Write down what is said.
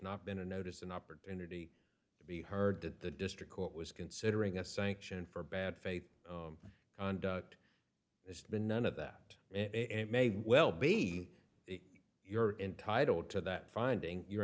not been a notice an opportunity to be heard that the district court was considering a sanction for bad faith conduct is none of that it may well be your intitled to that finding you're